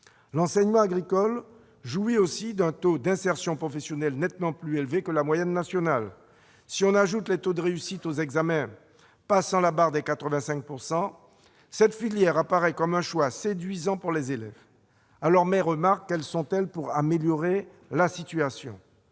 L'enseignement agricole jouit aussi d'un taux d'insertion professionnelle nettement plus élevé que la moyenne nationale. Si l'on y ajoute le taux de réussite aux examens passant la barre des 85 %, cette filière apparaît comme un choix séduisant pour les élèves. Mes remarques porteront sur des pistes pour améliorer la situation.